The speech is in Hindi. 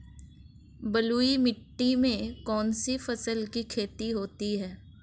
बलुई मिट्टी में कौनसी फसल की खेती होती है?